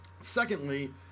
Secondly